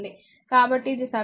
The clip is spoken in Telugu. కాబట్టి ఇది సమీకరణం 1